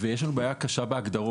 יש לנו בעיה קשה בהגדרות.